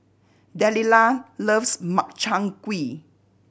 Delila loves Makchang Gui